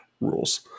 rules